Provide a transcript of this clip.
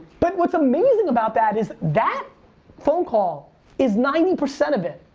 but what's amazing about that is that phone call is ninety percent of it.